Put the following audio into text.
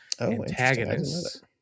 antagonists